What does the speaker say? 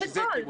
מבחינתם,